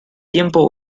tiempo